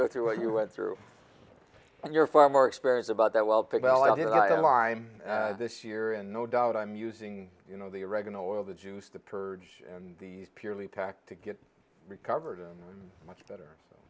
go through what you went through and you're far more experience about that well developed lime this year and no doubt i'm using you know the oregano oil the juice the purge and the purely tack to get recovered and much better